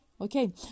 Okay